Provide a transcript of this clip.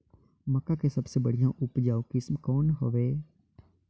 मक्का के सबले बढ़िया उपजाऊ किसम कौन हवय?